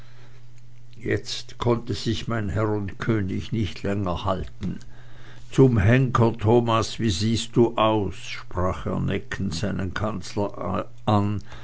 jetzt konnte sich mein herr und könig nicht länger halten zum henker thomas wie siehst du aus sprach er neckend seinen kanzler an